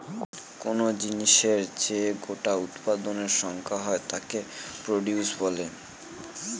কোন জিনিসের যে গোটা উৎপাদনের সংখ্যা হয় তাকে প্রডিউস বলে